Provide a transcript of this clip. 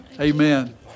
Amen